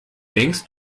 denkst